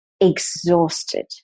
exhausted